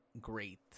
great